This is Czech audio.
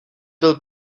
byl